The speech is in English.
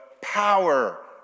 power